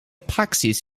praxis